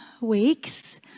weeks